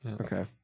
Okay